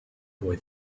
boy